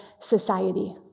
society